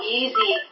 easy